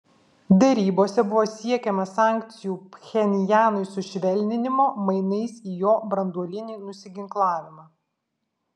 derybose buvo siekiama sankcijų pchenjanui sušvelninimo mainais į jo branduolinį nusiginklavimą